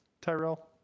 Tyrell